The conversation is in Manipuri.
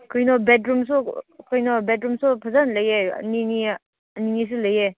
ꯀꯔꯤꯅꯣ ꯕꯦꯠꯔꯨꯝꯁꯨ ꯀꯩꯅꯣ ꯕꯦꯠꯔꯨꯝꯁꯨ ꯐꯖꯅ ꯂꯩꯌꯦ ꯑꯅꯤ ꯑꯅꯤ ꯑꯅꯤ ꯑꯅꯤꯁꯨ ꯂꯩꯌꯦ